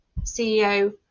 CEO